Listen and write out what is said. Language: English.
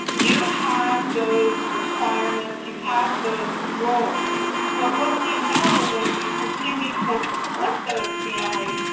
you have those requirements, you have those roles, but what we know when we continue to split those families,